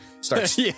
starts